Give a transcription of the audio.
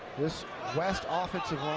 just west offensive line.